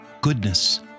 goodness